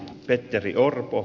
petteri orpo